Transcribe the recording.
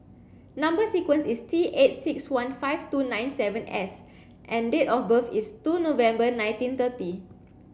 number sequence is T eight six one five two nine seven S and date of birth is two November nineteen thirty